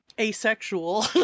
asexual